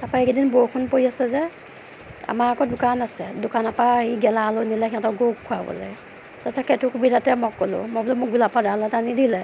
তাৰপৰা এইকেইদিন বৰষুণ পৰি আছে যে আমাৰ আকৌ দোকান আছে দোকানৰ পৰা এই গেলা আলু নিলে সিহঁতৰ গৰুক খোৱাবলে তাৰপিছত সেইটো সুবিধাতে মই ক'লোঁ মই বোলো মোক গোলাপৰ ডাল এটা নিদিলে